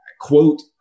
quote